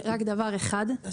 אני